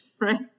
Right